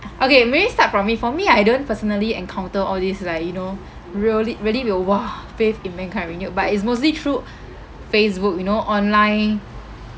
okay maybe start from me for me I don't personally encounter all these like you know really really will !wah! faith in mankind renewed but it's mostly through Facebook you know online